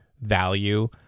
value